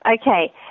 Okay